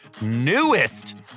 newest